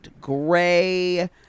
gray